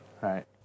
right